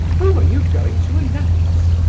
whom are you going to announce?